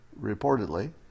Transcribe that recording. reportedly